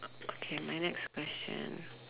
o okay my next question